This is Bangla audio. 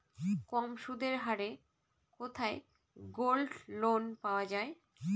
কম সুদের হারে কোথায় গোল্ডলোন পাওয়া য়ায়?